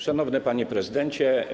Szanowny Panie Prezydencie!